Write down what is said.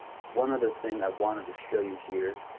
one other thing i wanted to show you here,